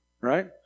right